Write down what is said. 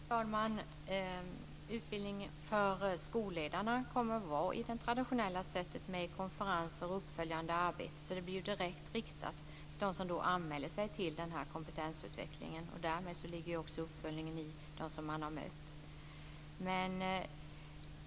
Fru talman! Utbildningen för skolledarna kommer att vara på det traditionella sättet med konferenser och uppföljande arbete. Så det blir ju direkt riktat till dem som anmäler sig till den här kompetensutvecklingen. Där ligger också uppföljningen; i dem som man har mött.